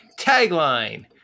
Tagline